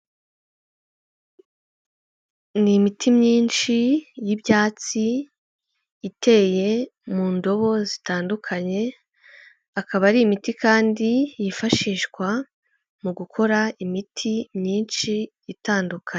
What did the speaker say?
Ni imiti myinshi y'ibyatsi, iteye mu ndobo zitandukanye, akaba ari imiti kandi yifashishwa mu gukora imiti myinshi itandukanye.